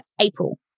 April